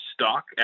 stock